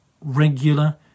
regular